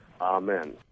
amen